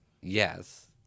Yes